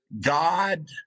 God